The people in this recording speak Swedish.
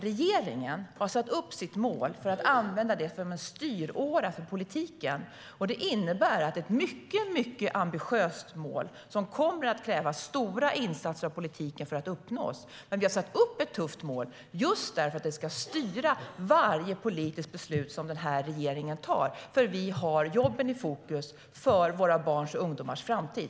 Regeringen har däremot satt upp sitt mål för att använda det som en styråra för politiken. Det innebär att det är ett mycket ambitiöst mål som kommer att kräva stora insatser av politiken. Men vi har satt upp ett tufft mål just därför att det ska styra varje politiskt beslut som den här regeringen fattar, för vi har jobben i fokus för våra barns och ungdomars framtid.